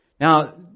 Now